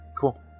Cool